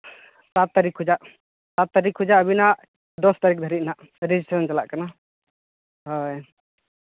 ᱥᱟᱛ ᱛᱟᱹᱨᱤᱠᱷ ᱠᱷᱚᱡᱟᱜ ᱥᱟᱛ ᱛᱟᱹᱨᱤᱠᱷ ᱠᱷᱚᱡᱟᱜ ᱟᱹᱵᱤᱱᱟᱜ ᱫᱚᱥ ᱛᱟᱹᱨᱤᱠᱷ ᱫᱷᱟᱹᱵᱤᱡ ᱦᱟᱸᱜ ᱨᱮᱡᱤᱥᱴᱨᱮᱥᱮᱱ ᱪᱟᱞᱟᱜ ᱠᱟᱱᱟ ᱦᱳᱭ